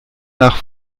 nach